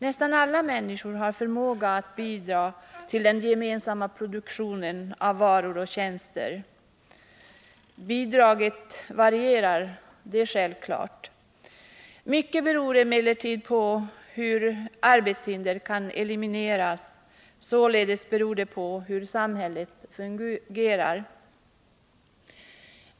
Nästan alla människor har förmåga att bidra till den gemensamma produktionen av varor och tjänster. Att bidraget varierar är självklart. Mycket beror emellertid på hur arbetshinder kan elimineras. Således beror det på hur samhället fungerar.